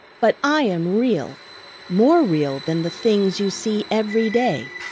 but i am real more real than the things you see every day.